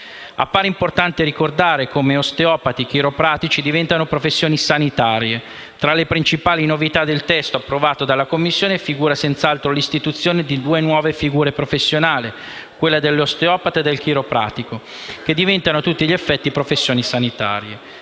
Appare importante ricordare come osteopati e chiropratici diventano professioni sanitarie. Tra le principali novità del testo approvato dalla Commissione figura senz'altro l'istituzione di due nuove figure professionali, quella dell'osteopata e del chiropratico, che diventano a tutti gli effetti professioni sanitarie.